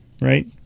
right